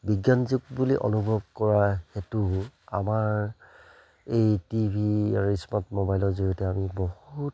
বিজ্ঞান যুগ বুলি অনুভৱ কৰা হেতু আমাৰ এই টি ভি আৰু স্মাৰ্ট মোবাইলৰ জৰিয়তে আমি বহুত